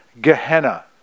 Gehenna